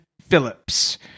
Phillips